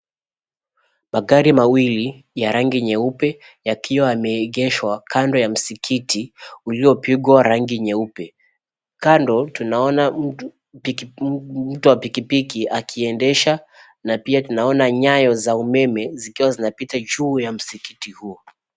Magari mawili ya rangi nyeupe yakiwa yameegeshwa kando ya msikiti uliopigwa rangi nyeupe. Kando tunaona mtu wa pikipiki akiendesha na pia tunaona nyaya za umeme zikiwa zinapita juu ya msikiti huo.